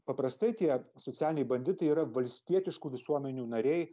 paprastai tie socialiai banditai yra valstietiškų visuomenių nariai